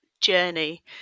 journey